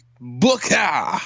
booker